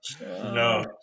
No